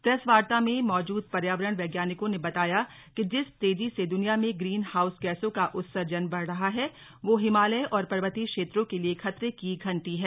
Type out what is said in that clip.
press वार्ता में मौजूद पर्यावरण वैज्ञानिकों ने बताया कि जिस तेजी से दुनिया में ग्रीन हाउस गैसों का उत्सर्जन बढ़ रहा है वह हिमालय और पर्वतीय क्षेत्रों के लिए खतरे की घंटी है